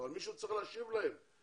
אבל מישהו צריך להשיב להם.